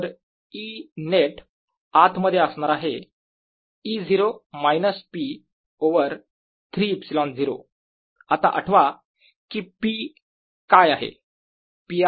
तर E net आत मध्ये असणार आहे E0 मायनस P ओवर 3 ε0 आता आठवा कि P काय आहे